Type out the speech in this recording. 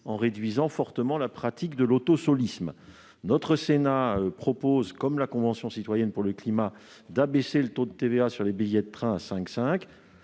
en réduisant fortement la pratique de l'autosolisme. Le Sénat propose, comme la Convention citoyenne pour le climat, d'abaisser le taux de TVA sur les billets de train à 5,5 %.